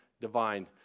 divine